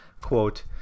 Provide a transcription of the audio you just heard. quote